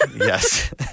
yes